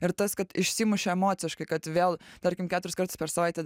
ir tas kad išsimuši emociškai kad vėl tarkim keturis kartus per savaitę